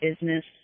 business